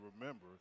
remember